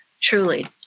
truly